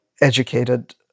educated